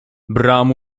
bram